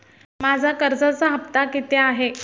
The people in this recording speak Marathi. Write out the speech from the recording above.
माझा कर्जाचा हफ्ता किती आहे?